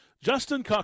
Justin